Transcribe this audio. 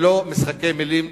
ולא משחקי מלים,